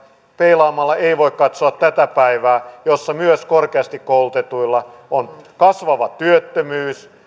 peilaamalla ei voi katsoa tätä päivää jossa myös korkeasti koulutetuilla on kasvava työttömyys